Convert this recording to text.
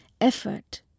effort